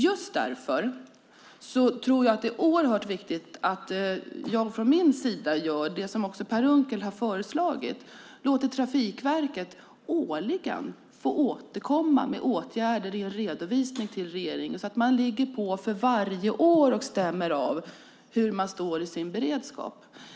Det är oerhört viktigt att jag från min sida gör det som Per Unckel har föreslagit och låter Trafikverket årligen få återkomma med åtgärder i en redovisning till regeringen så att man ligger på för varje år och stämmer av hur man står i sin beredskap.